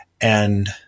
And-